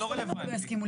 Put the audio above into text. האינטרס.